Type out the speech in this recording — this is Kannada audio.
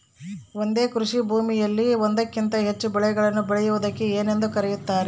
ಒಂದೇ ಕೃಷಿಭೂಮಿಯಲ್ಲಿ ಒಂದಕ್ಕಿಂತ ಹೆಚ್ಚು ಬೆಳೆಗಳನ್ನು ಬೆಳೆಯುವುದಕ್ಕೆ ಏನೆಂದು ಕರೆಯುತ್ತಾರೆ?